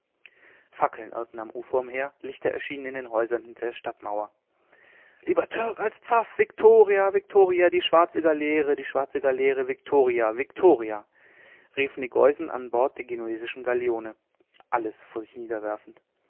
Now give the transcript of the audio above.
fackeln irrten am ufer umher lichter erschienen in den häusern hinter der stadtmauer lieber türk als pfaff viktoria viktoria die schwarze galeere die schwarze galeere viktoria viktoria riefen die geusen an bord der genuesischen galeone alles vor sich niederwerfend